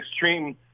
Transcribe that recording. extreme